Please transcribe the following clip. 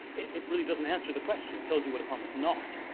it really doesn't answer the question. it tells you what islam is not,